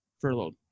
furloughed